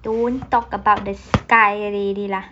don't talk about the sky already lah